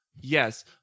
Yes